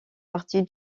partie